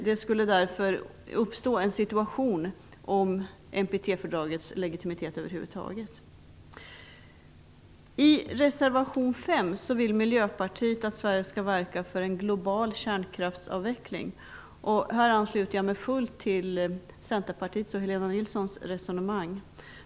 Då skulle det uppstå en situation där man ifrågasätter NTP-fördragets legitimitet över huvud taget. I reservation 5 vill Miljöpartiet att Sverige skall verka för en global kärnkraftsavveckling. Här ansluter jag mig helt till Centerpartiets och Helena Nilssons resonemang.